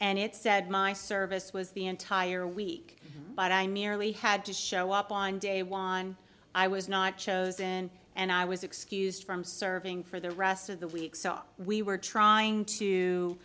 and it said my service was the entire week but i merely had to show up on day one i was not chosen and i was excused from serving for the rest of the week so we were trying to